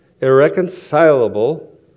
irreconcilable